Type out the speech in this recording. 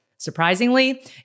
Surprisingly